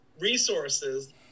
resources